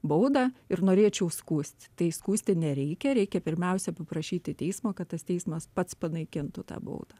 baudą ir norėčiau skųst tai skųsti nereikia reikia pirmiausia paprašyti teismo kad tas teismas pats panaikintų tą baudą